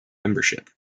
membership